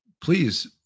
please